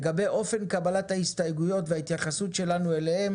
לגבי אופן קבלת ההסתייגויות וההתייחסות שלנו אליהן